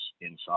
inside